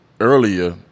earlier